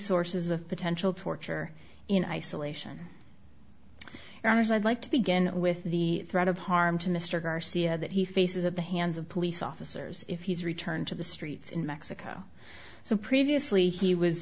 sources of potential torture in isolation armors i'd like to begin with the threat of harm to mr garcia that he faces at the hands of police officers if he's returned to the streets in mexico so previously he was